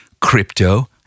crypto